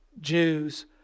Jews